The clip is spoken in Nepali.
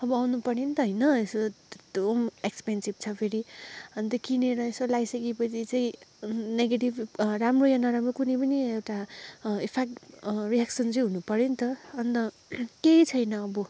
अब आउनु पऱ्यो नि त होइन यसो त्यस्तो एक्सपेन्सिभ छ फेरि अन्त किनेर यसो लगाइसकेपछि चाहिँ नेगेटिभ राम्रो या नराम्रो कुनै पनि एउटा इफेक्ट रियाक्सन चाहिँ हुनुपऱ्यो नि त केही छैन अब